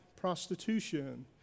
prostitution